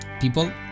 people